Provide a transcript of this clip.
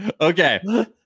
Okay